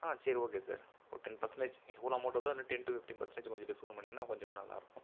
ஹான் சரி okay sir ஒரு ten percentage எவ்வளோ அமௌன்ட் வருதோ அதுல டென் டு ஃபிப்டீன் பர்சன்டேஜ் கொஞ்சம் டிஸ்கவுண்ட் பண்ணீங்கன்னா கொஞ்சமே நல்லாயிருக்கும்